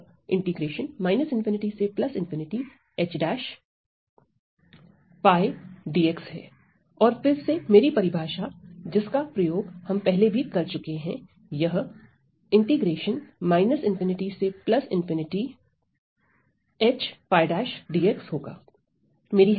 तो यह 𝜙'dx है और फिर से मेरी परिभाषा जिसका प्रयोग हम पहले भी कर चुके हैं यह 𝜙dx होगा